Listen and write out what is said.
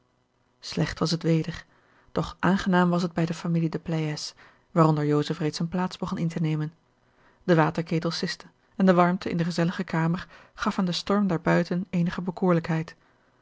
slecht was het weder doch aangenaam was het bij de familie de pleyes waaronder joseph reeds eene plaats begon in te nemen de waterketel siste en de warmte in de gezellige kamer gaf aan den storm daar buiten eenige